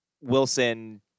Wilson